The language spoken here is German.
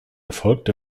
erfolgt